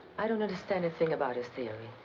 i don't understand a thing about his theory.